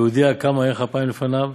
להודיע כמה ארך אפיים לפניו,